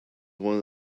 one